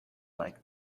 like